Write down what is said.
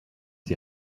die